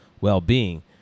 well-being